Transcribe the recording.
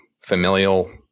familial